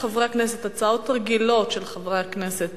5957 ו-5969, הצעות רגילות של חברי הכנסת